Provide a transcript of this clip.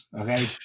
okay